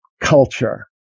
culture